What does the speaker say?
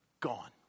Gone